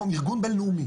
ארגון בין לאומי,